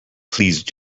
please